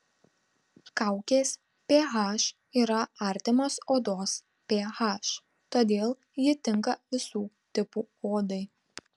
kaukės ph yra artimas odos ph todėl ji tinka visų tipų odai